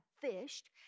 fished